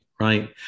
Right